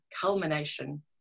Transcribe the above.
culmination